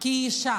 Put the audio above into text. כי היא אישה,